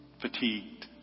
Fatigued